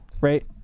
right